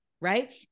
Right